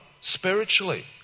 spiritually